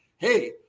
Hey